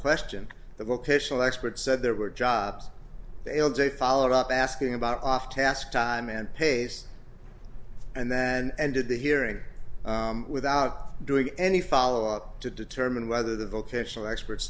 question that locational expert said there were jobs a follow up asking about off task time and pace and then ended the hearing without doing any follow up to determine whether the vocational experts